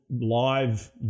live